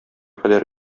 кадәр